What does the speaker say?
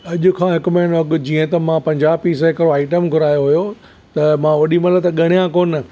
अॼु खां हिकु महीनो अॻु जीअं त मां पंजाह पीस हिकिड़ो आइटम घुरायो हुयो त मां ओॾी महिल त ॻणिया कोन